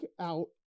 out